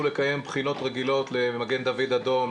לקיים בחינות רגילות למגן דוד אדום,